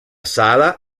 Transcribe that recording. sala